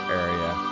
area